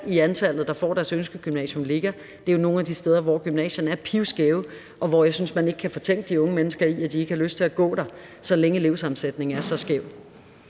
i antallet af dem, der kommer på deres ønskegymnasium, er nogle af de steder, hvor gymnasierne er pivskæve, og hvor jeg synes man ikke kan fortænke de unge mennesker i, at de ikke har lyst til at gå der, så længe elevsammensætningen er så skæv.